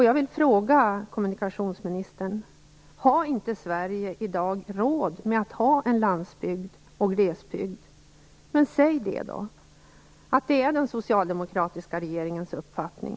Jag vill fråga kommunikationsministern: Har inte Sverige i dag råd med att ha en landsbygd och glesbygd? Men säg det då att det är den socialdemokratiska regeringens uppfattning!